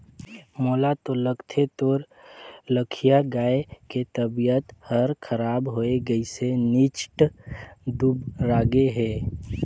मोला तो लगथे तोर लखिया गाय के तबियत हर खराब होये गइसे निच्च्ट दुबरागे हे